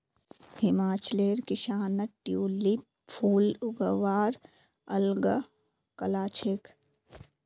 हिमाचलेर किसानत ट्यूलिप फूल उगव्वार अल ग कला छेक